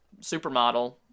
supermodel